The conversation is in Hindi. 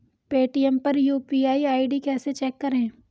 पेटीएम पर यू.पी.आई आई.डी कैसे चेक करें?